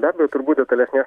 be abejo turbūt detalesnė